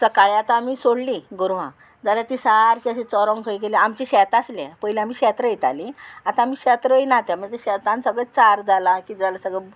सकाळी आतां आमी सोडलीं गोरवांक जाल्यार ती सारकें अशें चोरोंक खंय गेलीं आमचें शेत आसलें पयलीं आमी शेत रोयतालीं आतां आमी शेत रोयनात म्हणजे शेतान सगळें चार जालां किदें जालां सगळें